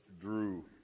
drew